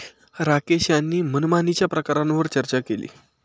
राकेश यांनी मनमानीच्या प्रकारांवर चर्चा केली